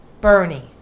Bernie